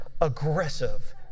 aggressive